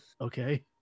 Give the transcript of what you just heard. Okay